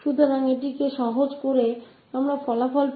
तो इसे सरल करके हमें मिला था ss2w2